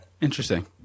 Interesting